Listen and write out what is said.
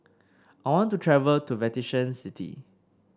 I want to travel to Vatican City